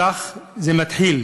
כך זה מתחיל.